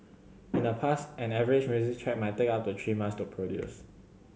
in the past an average music track might take up to three months to produce